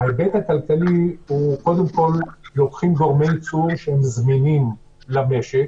ההיבט הכלכלי הוא שקודם כול לוקחים גורמי ייצור שהם זמינים למשק: